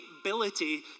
Ability